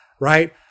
right